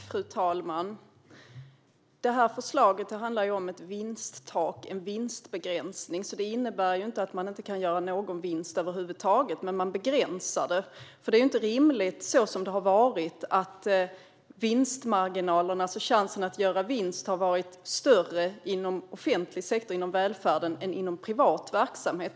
Fru talman! Det här förslaget handlar ju om ett vinsttak, en vinstbegränsning. Det innebär inte att man inte kan göra någon vinst över huvud taget, men man begränsar den. Det är ju inte rimligt, som det har varit, att vinstmarginalerna, alltså möjligheten att göra vinst, har varit större inom offentlig sektor, inom välfärden, än i privat verksamhet.